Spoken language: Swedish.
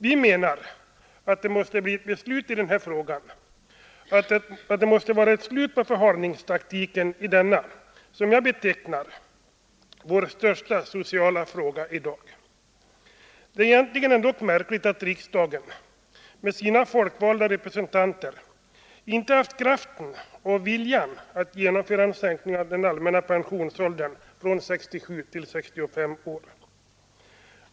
Vi menar att det måste bli ett beslut i den här frågan, att det måste bli slut på förhalningstaktiken i denna, som jag betecknar den, vår största sociala fråga. Det är egentligen ändock märkligt att riksdagen — med sina folkvalda representanter — inte haft kraften och viljan att genomföra en sänkning av den allmänna pensionsåldern från 67 till 65 år.